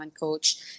coach